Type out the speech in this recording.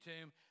tomb